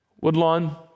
Woodlawn